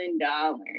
dollars